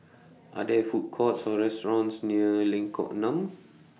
Are There Food Courts Or restaurants near Lengkok Enam